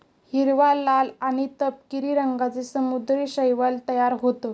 हिरवा, लाल आणि तपकिरी रंगांचे समुद्री शैवाल तयार होतं